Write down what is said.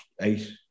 eight